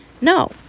no